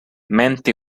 mente